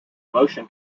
motion